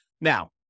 Now